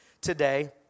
today